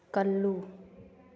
ꯀꯜꯂꯨ